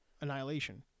Annihilation